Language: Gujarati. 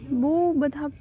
બહુ બધાં